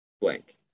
blank